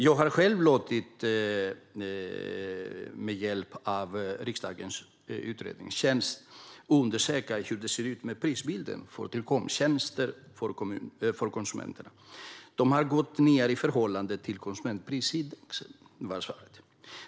Jag har låtit riksdagens utredningstjänst undersöka hur det ser ut med prisbilden för telekomtjänster för konsumenterna. Priserna har gått ned i förhållande till konsumentprisindex, är svaret.